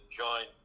join